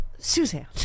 Suzanne